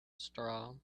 straw